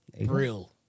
Real